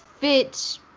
fit